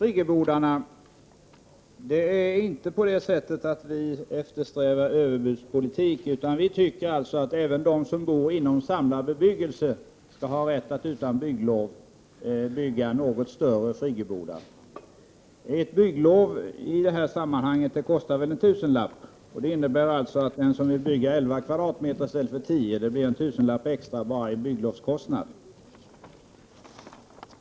Herr talman! Jag återkommer till friggebodarna. Vi eftersträvar ingen överbudspolitik, men vi tycker att även de som bor inom samlad bebyggelse skall ha rätt att utan bygglov uppföra något större friggebodar. Ett bygglov i detta sammanhang kostar väl någon tusenlapp. Det innebär alltså att den som vill bygga en friggebod på 11 m?i stället för 10 m? får betala en tusenlapp extra bara i bygglovskostnad.